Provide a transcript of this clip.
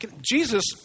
Jesus